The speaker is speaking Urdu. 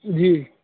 جی